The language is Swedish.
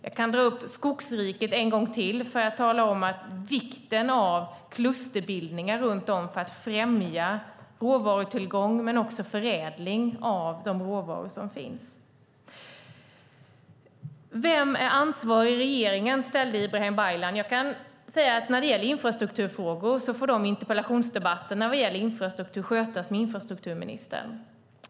Jag kan dra upp Skogsriket en gång till för att tala om vikten av klusterbildningar runt om för att främja råvarutillgång men också förädling av de råvaror som finns. Vem är ansvarig i regeringen, frågade Ibrahim Baylan. När det gäller infrastrukturfrågor får interpellationsdebatterna om infrastruktur skötas av infrastrukturministern.